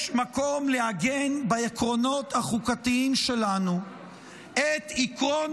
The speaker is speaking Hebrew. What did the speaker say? יש מקום לעגן בעקרונות החוקתיים שלנו את עקרון